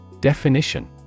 Definition